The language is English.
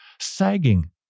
sagging